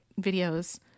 videos